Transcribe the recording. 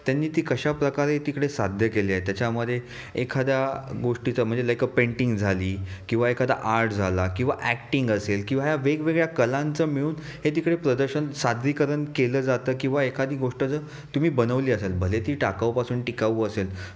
त्यांनी ती कशा प्रकारे तिकडे साध्य केले त्याच्यामध्ये एखाद्या गोष्टीचा म्हणजे लाईक अ पेंटिंग झाली किंवा एखादा आर्ट झाला किंवा ॲक्टिंग असेल किंवा ह्या वेगवेगळ्या कलांचं मिळून हे तिकडे प्रदर्शन सादरीकरण केलं जातं किंवा एखादी गोष्ट जर तुम्ही बनवली असेल भले ती टाकाऊपासून टिकाऊ असेल